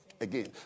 again